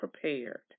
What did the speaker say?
prepared